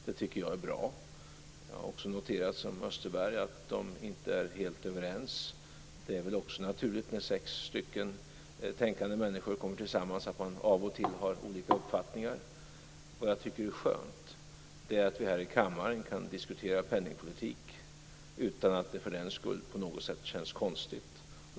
Det tycker jag är bra. Jag har också noterat som Sven-Erik Österberg att riksbanksdirektionen inte är helt överens. Det är också naturligt när sex tänkande människor kommer tillsammans att de av och till har olika uppfattningar. Det jag tycker är skönt är att vi här i kammaren kan diskutera penningpolitik utan att det för den skull på något sätt känns konstigt.